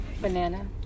Banana